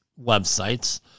websites